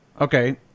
Okay